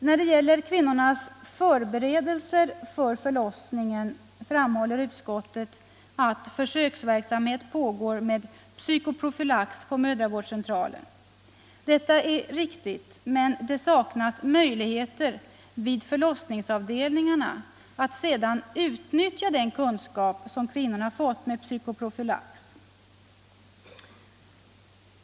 När det gäller kvinnornas förberedelser för förlossningen framhåller utskottet att försöksverksamhet pågår med psykoprofylax på mödravårdscentraler. Detta är riktigt, men det saknas möjligheter vid förlossningsavdelningarna att sedan utnyttja den kunskap i psykoprofylax som kvinnorna har fått.